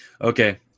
Okay